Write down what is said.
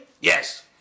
Yes